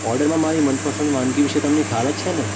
ઓર્ડરમાં મારી મનપસંદ વાનગી વિશે તમને ખ્યાલ જ છે ને